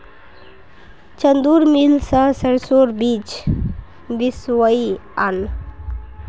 चंदूर मिल स सरसोर बीज पिसवइ आन